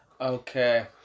Okay